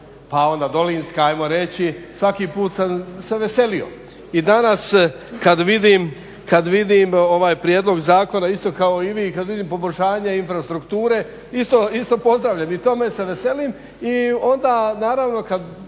pa onda dolinska hajmo reći svaki put sam se veselio. I danas kad vidim ovaj prijedlog isto kao i vi kad vidim poboljšanje infrastrukture isto pozdravljam i tome se veselim i onda naravno kad